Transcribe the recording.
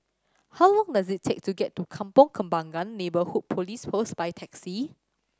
how long does it take to get to Kampong Kembangan Neighbourhood Police Post by taxi